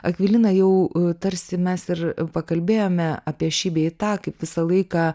akvilina jau tarsi mes ir pakalbėjome apie šį bei tą kaip visą laiką